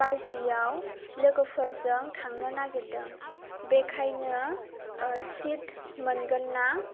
बाजियाव लोगोफोरजों थांनो नागिरदों बेखायनो सिट मोनगोन ना